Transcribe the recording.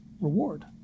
reward